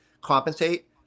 compensate